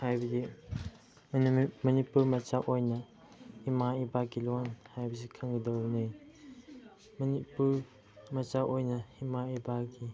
ꯍꯥꯏꯕꯗꯤ ꯃꯅꯤꯄꯨꯔ ꯃꯆꯥ ꯑꯣꯏꯅ ꯏꯃꯥ ꯏꯄꯥꯒꯤ ꯂꯣꯟ ꯍꯥꯏꯕꯁꯤ ꯈꯪꯒꯗꯧꯕꯅꯤ ꯃꯅꯤꯄꯨꯔ ꯃꯆꯥ ꯑꯣꯏꯅ ꯏꯃꯥ ꯏꯄꯥꯒꯤ